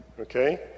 Okay